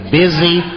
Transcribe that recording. busy